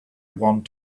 want